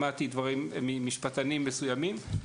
שמעתי דברים ממשפטנים מסוימים.